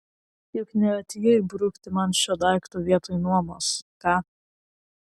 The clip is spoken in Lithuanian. juk neatėjai brukti man šio daikto vietoj nuomos ką